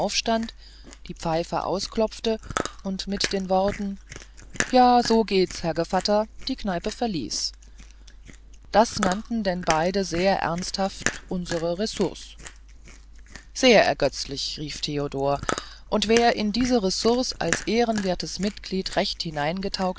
die pfeife ausklopfte und mit den worten ja so geht's herr gevatter die kneipe verließ das nannten denn beide sehr ernsthaft unsere ressource sehr ergötzlich rief theodor und wer in diese ressource als ehrenwertes mitglied recht